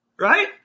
Right